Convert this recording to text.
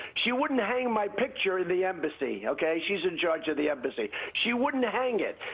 she wouldn't hang my picture in the embassy, okay? she's in charge of the embassy. she wouldn't hang it.